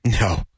no